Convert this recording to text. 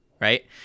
Right